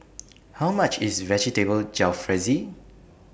How much IS Vegetable Jalfrezi